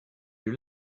you